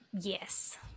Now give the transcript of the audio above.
Yes